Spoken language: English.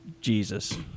Jesus